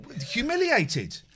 humiliated